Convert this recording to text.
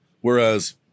Whereas